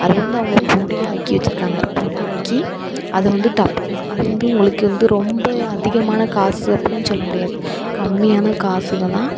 அதுவந்து அவங்க பொடியாக்கி வச்சிருக்காங்க பொடியாக்கி அதை வந்து டப்பாதான் அது வந்து உங்களுக்கு வந்து ரொம்ப அதிகமான காசு அப்படிலாம் சொல்ல முடியாது கம்மியான காசுகள் தான்